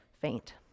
faint